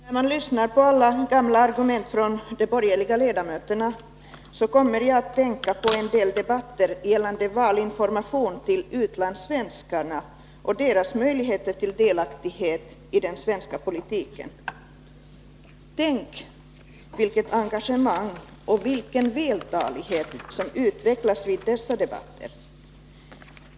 Herr talman! När jag lyssnar på alla gamla argument från de borgerliga ledamöterna, kommer jag att tänka på en del debatter gällande valinformation till utlandssvenskarna och deras möjligheter till delaktighet i den svenska politiken. Tänk vilket engagemang och vilken vältalighet som utvecklas vid dessa debatter!